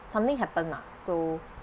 something happen lah so